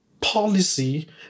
policy